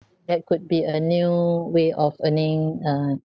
that could be a new way of earning uh